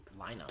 lineup